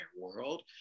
world